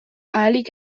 ahalik